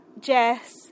jess